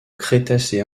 crétacé